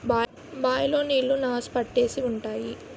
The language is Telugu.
బాయ్ లో నీళ్లు నాసు పట్టేసి ఉంటాయి